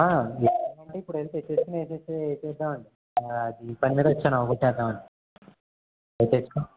ఇప్పుడు అంటే ఇప్పుడెళ్ళి తెచ్చుకుని వేసెద్దామండి అదీ ఈ పని మీదే వచ్చాను అవగొట్టేద్దామని అయి తెచ్చుకోండి